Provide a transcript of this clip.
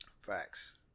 Facts